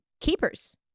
keepers